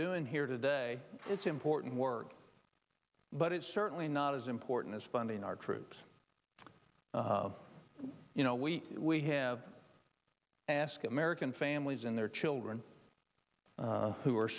doing here today it's important work but it's certainly not as important as funding our troops you know we we have ask american families and their children who are